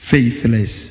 Faithless